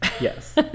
Yes